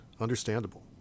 Understandable